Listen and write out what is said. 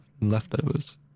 leftovers